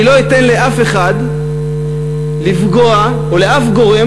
אני לא אתן לאף אחד לפגוע או לאף גורם